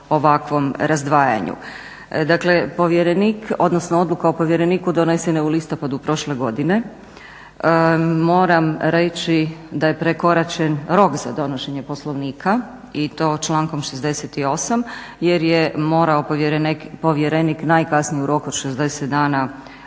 ovakvom razdvajanju. Dakle povjerenik odnosno odluka o povjereniku donesen je u listopadu prošle godine. moram reći da je prekoračen rok za donošenje poslovnika i to člankom 68.jer je morao povjerenik najkasnije u roku od 60 dana